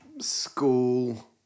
school